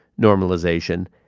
normalization